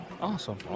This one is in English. Awesome